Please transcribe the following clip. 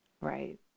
right